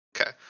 Okay